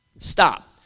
Stop